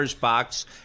Box